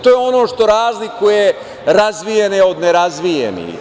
To je ono što razlikuje razvijene od nerazvijenih.